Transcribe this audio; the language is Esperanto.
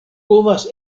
povas